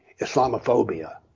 Islamophobia